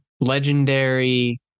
legendary